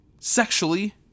sexually